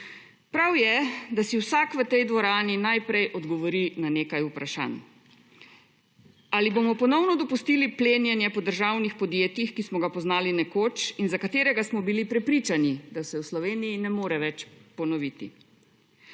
Prav je, da si vsak v tej dvorani najprej odgovori na nekaj vprašanj. Ali bomo ponovno dopustili plenjenje po državnih podjetjih, ki smo ga poznali nekoč in za katerega smo bili prepričani, da se v Sloveniji ne more več ponoviti.